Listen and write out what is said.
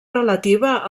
relativa